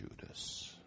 Judas